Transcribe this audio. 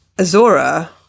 Azora